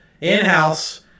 in-house